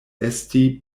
esti